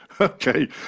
Okay